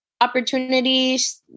opportunities